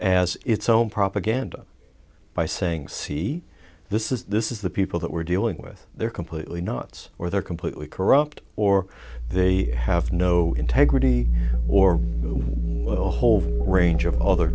as it's all propaganda by saying see this is this is the people that we're dealing with they're completely nots or they're completely corrupt or they have no integrity or a whole range of other